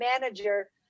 manager